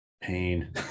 pain